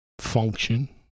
function